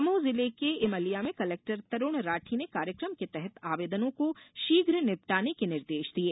दमोह जिले के इमलिया में कलेक्टर तरूण राठी ने कार्यक्रम के तहत आवेदनों को शीघ्र निपटाने के निर्देश दिये